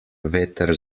veter